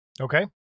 okay